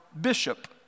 bishop